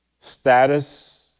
status